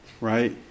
right